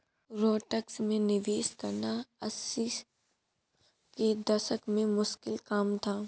stocks में निवेश करना अस्सी के दशक में मुश्किल काम था